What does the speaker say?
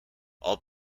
all